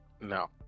No